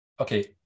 okay